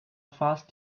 fast